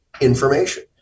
information